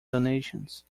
donations